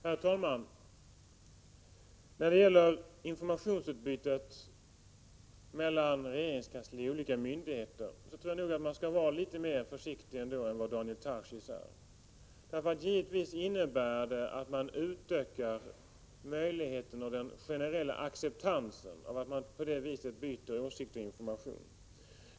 Herr talman! När det gäller informationsutbytet mellan regeringskansli och olika myndigheter tror jag att man skall vara litet mera försiktig än vad Daniel Tarschys är, eftersom det givetvis innebär att man utökar möjligheterna till och den generella acceptansen av ett sådan utbyte av åsikter och information.